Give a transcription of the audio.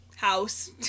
House